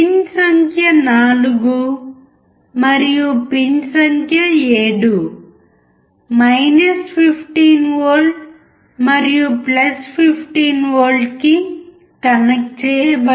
pin సంఖ్య 4 మరియు pin సంఖ్య 7 15V మరియు 15V కి కనెక్ట్ చేయబడింది